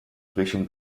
frischem